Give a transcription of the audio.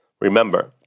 Remember